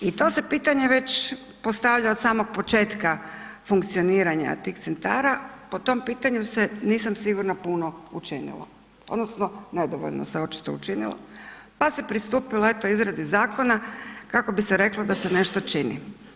I to se pitanje već postavlja od samog početka funkcioniranja tih centara, po tom pitanju se nisam sigurna puno učinilo odnosno nedovoljno se očito učinilo, pa se pristupilo eto izradi zakona kako bi se reklo da se nešto čini.